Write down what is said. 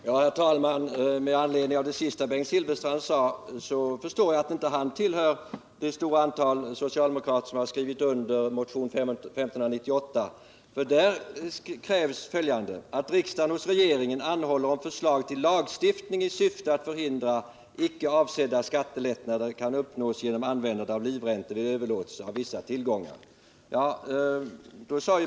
Herr talman! Av det senaste som Bengt Silfverstrand sade förstår jag att han inte tillhör det stora antal socialdemokrater som skrivit under motion 1598. Där krävs nämligen att riksdagen hos regeringen begär förslag till lagstiftning i syfte att förhindra att icke avsedda skattelättnader kan uppnås genom användande av livränta vid överlåtelser av vissa tillgångar.